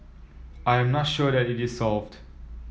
I am not sure that it is solved